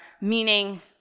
meaning